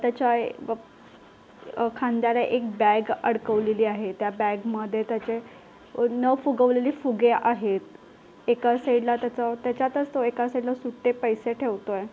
त्याच्या खांद्याला एक बॅग अडकवलेली आहे त्या बॅगमध्ये त्याचे न फुगवलेले फुगे आहेत एका साइडला त्याचं त्याच्यातच तो एका साइडला सुट्टे पैसे ठेवतो आहे